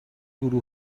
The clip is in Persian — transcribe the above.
گروه